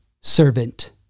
servant